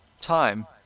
Time